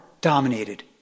dominated